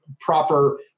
proper